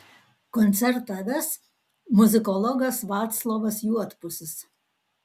koncertą ves muzikologas vaclovas juodpusis